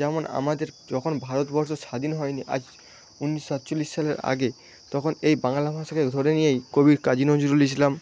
যেমন আমাদের যখন ভারতবর্ষ স্বাধীন হয়নি আজ উনিশ সাতচল্লিশ সালের আগে তখন এই বাংলা ভাষাকে ধরে নিয়েই কবি কাজী নজরুল ইসলাম